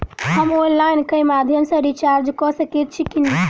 हम ऑनलाइन केँ माध्यम सँ रिचार्ज कऽ सकैत छी की?